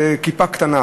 זה לשים כיפה קטנה,